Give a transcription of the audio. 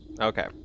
Okay